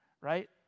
right